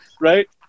right